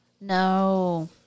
No